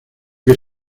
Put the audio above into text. que